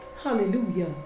Hallelujah